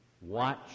Watch